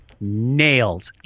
nailed